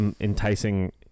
Enticing